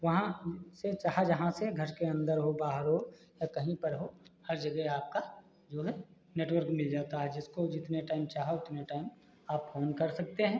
वहाँ से चाहे जहाँ से घर के अंदर हो बाहर हो या कहीं पर हो हर जगह आपका जो है नेटवर्क मिल जाता है जिसको जितने टाइम चाहो उतने टाइम आप फ़ोन कर सकते हैं